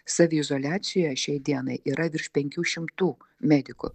saviizoliacijoje šiai dienai yra virš penkių šimtų medikų